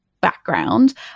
background